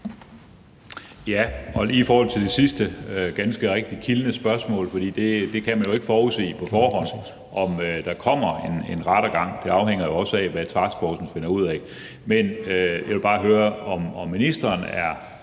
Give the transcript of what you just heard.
Skaarup (DF): I forhold til det sidste ganske rigtig kildne spørgsmål kan man jo ikke forudse, om der kommer en rettergang. Det afhænger også af, hvad taskforcen finder ud af. Jeg vil bare høre, om ministeren,